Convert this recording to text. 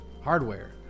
hardware